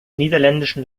niederländischen